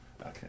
Okay